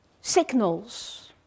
signals